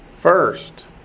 first